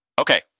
Okay